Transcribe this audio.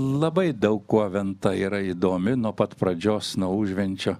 labai daug kuo venta yra įdomi nuo pat pradžios nuo užvenčio